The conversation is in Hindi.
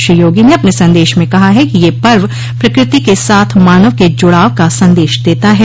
श्री योगी ने अपने संदेश में कहा है कि यह पर्व प्रकृति के साथ मानव के जुड़ाव का संदेश देता है